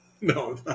No